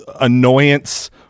annoyance